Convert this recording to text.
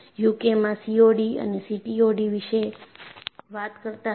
યુકેમાં COD અને CTOD વિશે વાત કરતા હતા